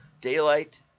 daylight